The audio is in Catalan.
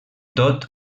tot